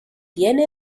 tiene